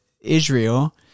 Israel